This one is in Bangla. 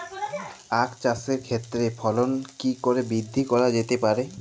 আক চাষের ক্ষেত্রে ফলন কি করে বৃদ্ধি করা যেতে পারে?